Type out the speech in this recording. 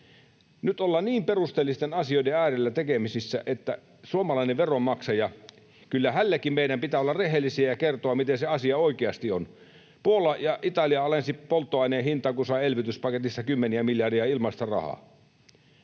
Nyt ollaan niin perusteellisten asioiden äärellä, että kyllä suomalaiselle veronmaksajallekin meidän pitää olla rehellisiä ja kertoa, miten se asia oikeasti on. Puola ja Italia alensivat polttoaineen hintaa, kun saivat elvytyspaketissa kymmeniä miljardeja ilmaista rahaa.